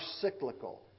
cyclical